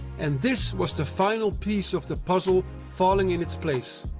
and this was the final piece of the puzzle falling in its place.